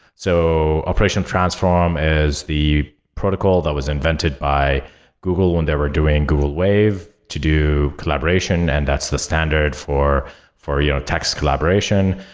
so operation transform is the protocol that was invented by google when they were doing google wave to do collaboration, and that's the standard for for yeah text collaboration.